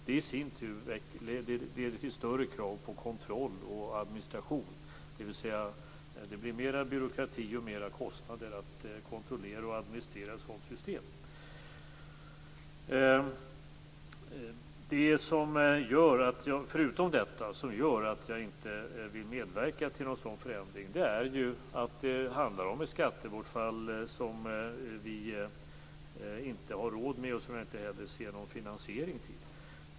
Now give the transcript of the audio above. Det i sin tur leder till större krav på kontroll och administration, dvs. mer byråkrati och kostnader att kontrollera och administrera ett sådant system. Det som gör att jag inte vill medverka till en sådan förändring är ju att det handlar om skattebortfall som vi inte har råd med eller har någon finansiering till.